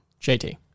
JT